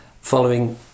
following